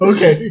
Okay